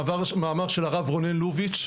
מאמר של הרב רונן לוביץ',